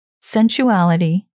sensuality